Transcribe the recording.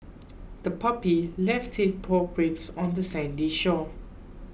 the puppy left its paw prints on the sandy shore